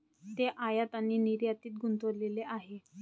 ते आयात आणि निर्यातीत गुंतलेले आहेत